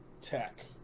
tech